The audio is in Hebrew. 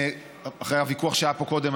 שאחרי הוויכוח שהיה פה קודם,